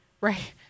Right